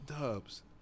Dubs